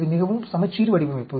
இது மிகவும் சமச்சீர் வடிவமைப்பு